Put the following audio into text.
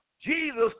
Jesus